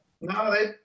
No